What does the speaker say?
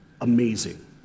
amazing